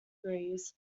degrees